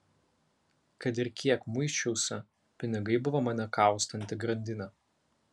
kad ir kiek muisčiausi pinigai buvo mane kaustanti grandinė